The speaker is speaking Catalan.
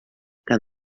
que